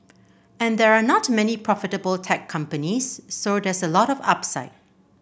and there are not many profitable tech companies so there's a lot of upside